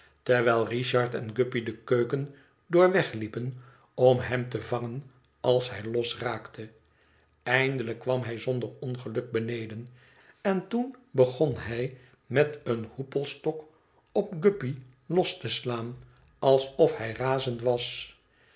terwijl richard én guppy de keuken door wegliepen om hem te vangen als hij losraakte eindelijk kwam hij zonder ongeluk beneden en toen begon hij met een hoepelstok op guppy los te slaan alsof hij razend was